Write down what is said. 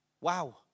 Wow